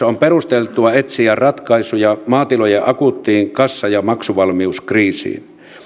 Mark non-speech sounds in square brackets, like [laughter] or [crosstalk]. [unintelligible] on perusteltua etsiä ratkaisuja maatilojen akuuttiin kassa ja maksuvalmiuskriisiin